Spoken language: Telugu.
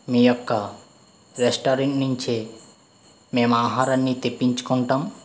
మీ యొక్క రెస్టారెంట్ నుంచి మేము ఆహారాన్ని తెప్పించుకుంటాం